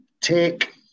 take